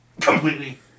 Completely